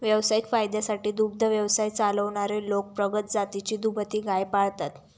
व्यावसायिक फायद्यासाठी दुग्ध व्यवसाय चालवणारे लोक प्रगत जातीची दुभती गाय पाळतात